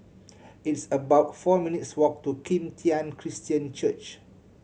it's about four minutes' walk to Kim Tian Christian Church